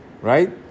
Right